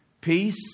peace